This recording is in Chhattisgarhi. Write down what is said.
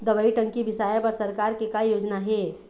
दवई टंकी बिसाए बर सरकार के का योजना हे?